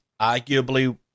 arguably